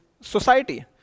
society